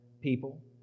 people